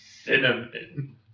cinnamon